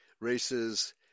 races